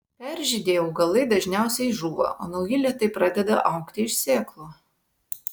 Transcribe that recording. peržydėję augalai dažniausiai žūva o nauji lėtai pradeda augti iš sėklų